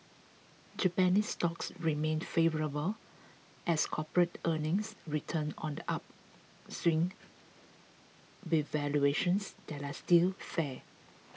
Japanese stocks remain favourable as corporate earnings return on the upswing with valuations that are still fair